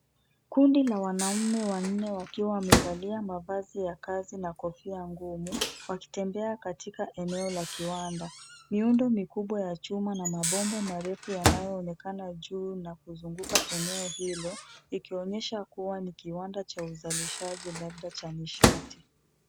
Kundi la wanaume wanne wakiwa wamevalia mavazi ya kazi na kofia ngumu wakitembea katika eneo la kiwanda. Miundo mikubwa ya chuma na mabomba marefu yanayoonekana juu na kuzunguka eneo hilo, likionyesha kuwa ni kiwanda cha uzalishaji labda cha nishati.